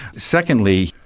secondly,